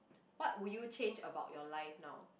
what would you change about your life now